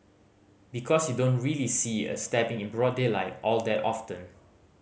because you don't really see a stabbing in broad daylight all that often